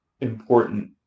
important